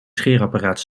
scheerapparaat